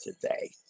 today